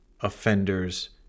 offenders